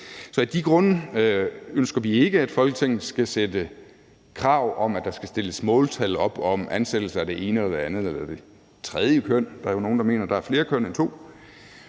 Så af de grunde ønsker vi ikke, at Folketinget skal sætte krav om, at der skal stilles måltal op om ansættelser af det ene og det andet eller det tredje køn – der er jo nogle, der mener, at der er flere køn end to.